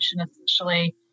essentially